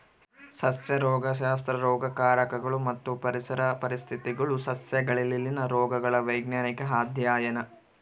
ಸಸ್ಯ ರೋಗಶಾಸ್ತ್ರ ರೋಗಕಾರಕಗಳು ಮತ್ತು ಪರಿಸರ ಪರಿಸ್ಥಿತಿಗುಳು ಸಸ್ಯಗಳಲ್ಲಿನ ರೋಗಗಳ ವೈಜ್ಞಾನಿಕ ಅಧ್ಯಯನ